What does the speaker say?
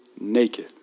naked